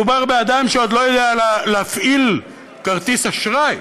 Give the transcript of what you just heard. כשמדובר באדם שעוד לא יודע להפעיל כרטיס אשראי.